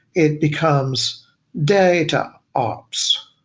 it becomes data ops.